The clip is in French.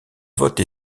vote